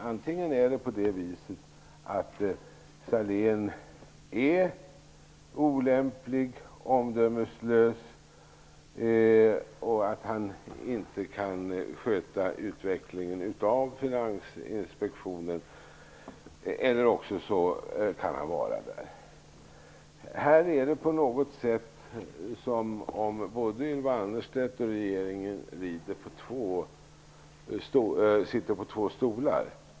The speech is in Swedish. Antingen är Sahlén olämplig, omdömeslös och kan inte sköta utvecklingen av Finansinspektionen eller så kan han vara där. Det är på något sätt som om både Ylva Annerstedt och regeringen sitter på två stolar.